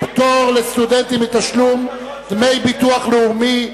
פטור לסטודנטים מתשלום דמי ביטוח לאומי).